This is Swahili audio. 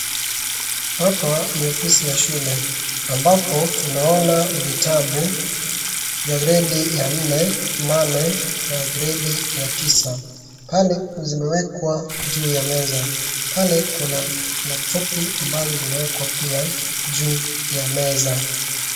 Hapa ni ofisi ya shule ambapo tunaona vitabu ya gredi ya nne, nane na gredi ya tisa, pale zimewekwa juu ya meza, pale kuna laptopi ambazo zimewekwa juu ya meza.